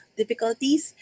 difficulties